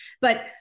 But-